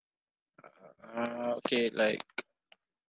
uh uh uh okay like